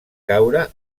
caure